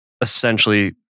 essentially